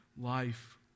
life